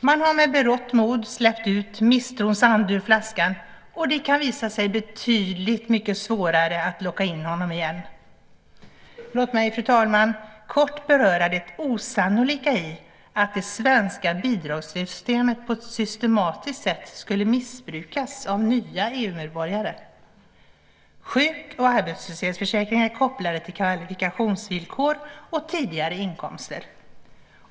Man har med berått mod släppt ut misstrons ande ur flaskan, och det kan visa sig betydligt svårare att locka in den igen. Låt mig, fru talman, kort beröra det osannolika i att det svenska bidragssystemet på ett systematiskt sätt skulle missbrukas av nya EU-medborgare. Sjuk och arbetslöshetsförsäkringarna är kopplade till kvalifikationsvillkor och tidigare inkomster.